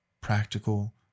practical